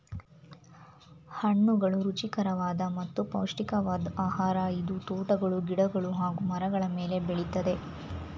ಹಣ್ಣುಗಳು ರುಚಿಕರವಾದ ಮತ್ತು ಪೌಷ್ಟಿಕವಾದ್ ಆಹಾರ ಇದು ತೋಟಗಳು ಗಿಡಗಳು ಹಾಗೂ ಮರಗಳ ಮೇಲೆ ಬೆಳಿತದೆ